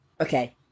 Okay